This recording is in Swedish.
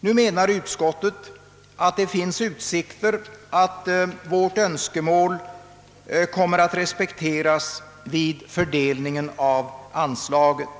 Nu menar utskottet att det finns utsikter att vårt önskemål kommer att respekteras vid fördelningen av anslaget.